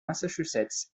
massachusetts